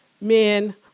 Men